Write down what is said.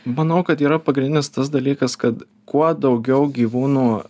manau kad yra pagrindinis tas dalykas kad kuo daugiau gyvūnų